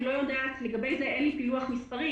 אני לא יודעת, לגבי זה אין לי פילוח מספרי.